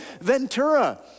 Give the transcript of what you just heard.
Ventura